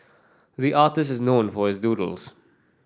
the artist is known for his doodles